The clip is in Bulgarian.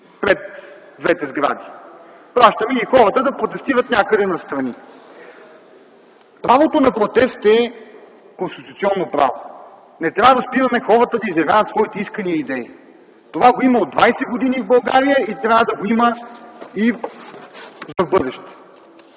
пред двете сгради. Пращаме хората да протестират някъде настрани. Правото на протест е конституционно право. Не трябва да спираме хората да изявяват своите искания и идеи. Това го има от 20 години в България и трябва да го има и за в бъдеще.